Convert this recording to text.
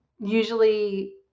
usually